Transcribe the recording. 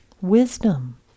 Wisdom